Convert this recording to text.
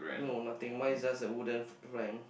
no nothing mine is just a wooden rank